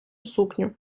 сукню